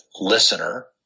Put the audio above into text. listener